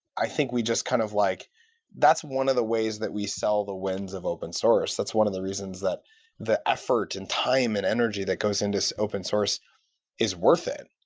i think we just kind of like that's one of the ways that we sell the winds of open-source. that's one of the reasons that the effort, and time, and energy that goes into so open-source is worth it.